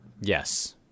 Yes